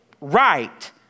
right